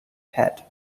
head